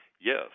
Yes